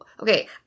okay